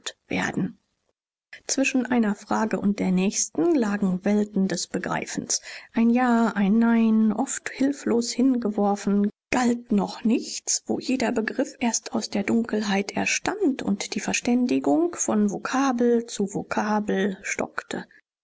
werden zwischen einer frage und der nächsten lagen welten des begreifens ein ja ein nein oft hilflos hingeworfen galt noch nichts wo jeder begriff erst aus der dunkelheit erstand und die verständigung von vokabel zu vokabel stockte